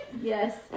Yes